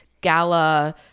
gala